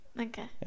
Okay